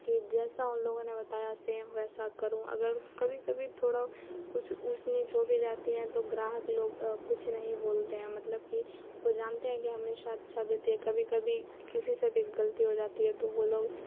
کہ جیسا ان لوگوں نے بتایا سیم ویسا کروں اگر کبھی کبھی تھوڑا کچھ اونچ نیچ ہو بھی جاتی ہیں تو گراہک لوگ کچھ نہیں بولتے ہیں مطلب کہ وہ جانتے ہیں کہ ہمیشہ اچھا دیتی ہے کبھی کبھی کسی سے بھی غلطی ہو جاتی ہے تو وہ لوگ